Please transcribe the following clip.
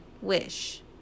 wish